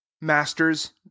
Masters